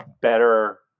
better